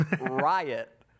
Riot